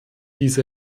diese